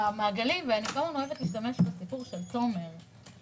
המעגלים אני כל הזמן אוהבת להשתמש בסיפור של תומר גלאם,